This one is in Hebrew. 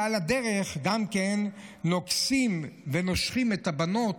ועל הדרך גם נוגסים ונושכים את הבנות,